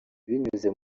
binyuze